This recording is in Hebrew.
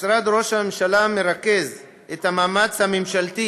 משרד ראש הממשלה מרכז את המאמץ הממשלתי